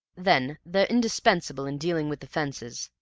then they're indispensable in dealing with the fences.